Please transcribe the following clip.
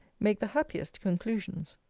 make the happiest conclusions.